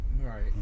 Right